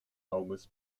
auges